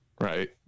right